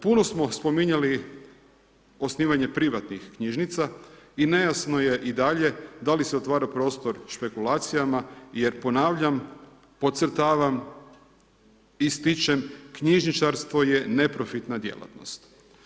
Puno smo spominjali osnivanje privatnih knjižnica i nejasno je i dalje da li se otvara prostor špekulacijama jer ponavljam, podcrtavam, ističem, knjižničarstvo je neprofitna djelatnost.